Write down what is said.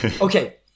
okay